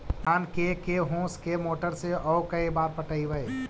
धान के के होंस के मोटर से औ के बार पटइबै?